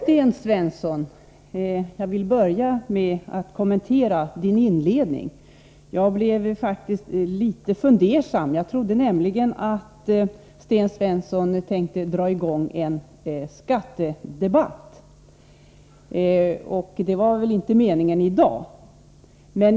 Fru talman! Jag vill börja med att kommentera Sten Svenssons inledning. Jag blev faktiskt litet fundersam över den. Jag trodde nämligen att Sten Svensson tänkte dra i gång en skattedebatt, och det var väl inte meningen att vi skulle ha en sådan i dag.